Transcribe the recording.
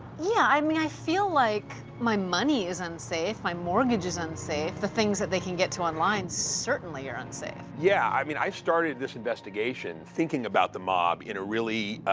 yeah. i mean, i feel like my money is unsafe. my mortgage is unsafe. the things that they can get to online certainly are unsafe. yeah. i mean, i started this investigation thinking about the mob in a really,